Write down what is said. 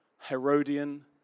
Herodian